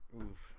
Oof